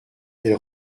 elle